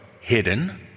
Hidden